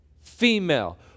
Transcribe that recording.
female